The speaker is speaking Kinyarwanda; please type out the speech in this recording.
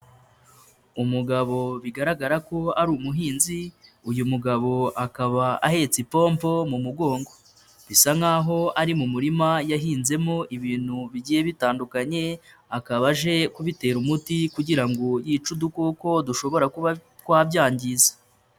Umugabo bigaragara ko ari umuhinzi, uyu mugabo akaba ahetse ipompo mu mugongo. Bisa nkaho ari mu murima yahinzemo ibintu bigiye bitandukanye, akaba aje kubitera umuti kugira ngo yice udukoko dushobora kuba twabyangiza.